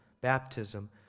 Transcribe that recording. baptism